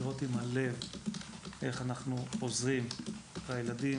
לראות עם הלב איך אנחנו עוזרים לילדים